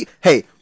Hey